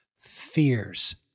Fears